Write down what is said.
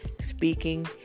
speaking